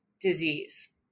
disease